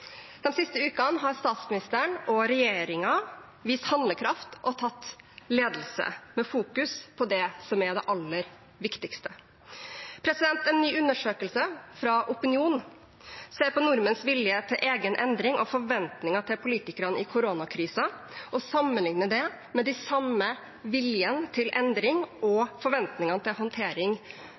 siste ukene har statsministeren og regjeringen vist handlekraft, tatt ledelse og fokusert på det som er det aller viktigste. En ny undersøkelse fra Opinion ser på nordmenns vilje til egen endring og forventninger til politikerne i koronakrisen, og sammenligner det med den samme viljen til endring og forventninger til politikerne til håndtering